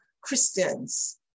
Christians